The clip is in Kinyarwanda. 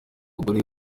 bagore